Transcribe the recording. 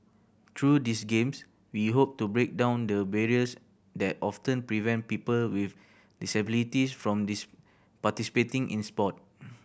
through these Games we hope to break down the barriers that often prevent people with disabilities from participating in sport